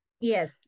Yes